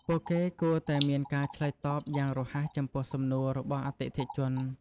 ពួកគេគួរតែមានការឆ្លើយតបយ៉ាងរហ័សចំពោះសំណួររបស់អតិថិជន។